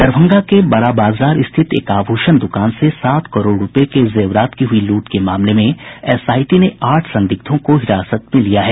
दरभंगा के बड़ा बाजार स्थित एक आभूषण दुकान से सात करोड़ रूपये के जेवरात की हुई लूट के मामले में एसआईटी ने आठ संदिग्धों को हिरासत में लिया है